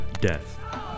Death